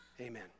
Amen